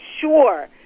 sure